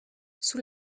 sous